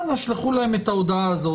אנא שילחו להם את ההודעה הזאת,